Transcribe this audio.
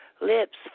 lips